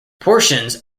portions